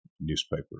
newspaper